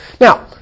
Now